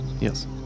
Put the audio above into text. Yes